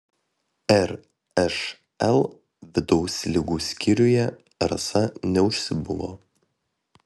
ršl vidaus ligų skyriuje rasa neužsibuvo